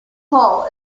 hall